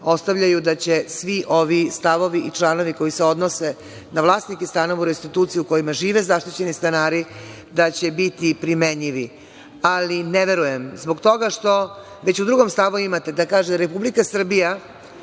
ostavljaju da će svi ovi stavovi i članovi koji se odnose na vlasnike stanova u restituciji u kojima žive zaštićeni stanari, da će biti primenjivi, ali ne verujem zbog toga što već u drugom stavu da se kaže da Republika Srbija